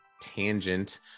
tangent